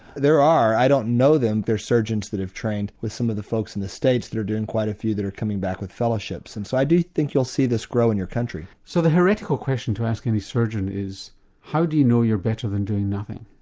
there are, i don't know them, there are surgeons who have trained with some of the folks in the states that are doing quite a few that are coming back with fellowships and so i do think you'll see this grow in your country. so the heretical question to ask any surgeon is how do you know you're better than doing nothing?